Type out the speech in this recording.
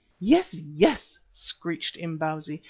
yes, yes, screeched imbozwi.